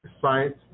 Science